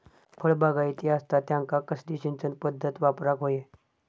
फळबागायती असता त्यांका कसली सिंचन पदधत वापराक होई?